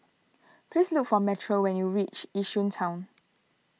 please look for Metro when you reach Yishun Town